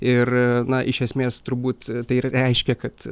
ir na iš esmės turbūt tai ir reiškia kad